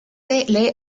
lee